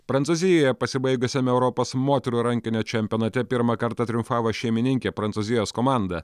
prancūzijoje pasibaigusiame europos moterų rankinio čempionate pirmą kartą triumfavo šeimininkė prancūzijos komanda